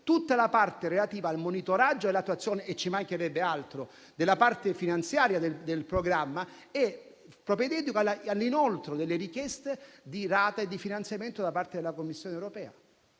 tutta la parte relativa al monitoraggio e all'attuazione - e ci mancherebbe altro - della parte finanziaria del programma e provvede anche all'inoltro delle richieste di rate di finanziamento da parte della Commissione europea.